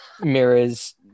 mirrors